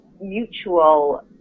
mutual